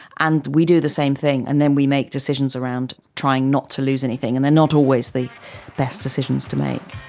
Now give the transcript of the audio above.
and we do the same thing, and then we make decisions around trying not to lose anything, and they're not always the best decisions to make.